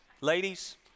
Ladies